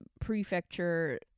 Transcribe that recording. prefecture